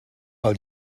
pel